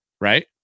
right